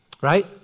right